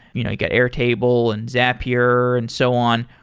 you got airtable and zapier and so on.